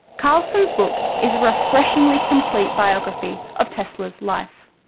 carlson's book is a refreshingly complete biography of tesla's life.